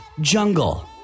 Jungle